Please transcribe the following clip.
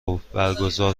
برگزار